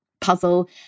puzzle